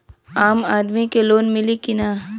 आम आदमी के लोन मिली कि ना?